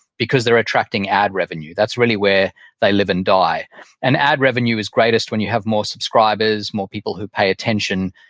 because they're attracting ad revenue. that's really where they live and die and ad revenue is greatest when you have more subscribers, more people who pay attention,